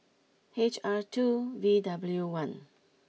H R two V W one